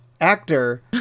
actor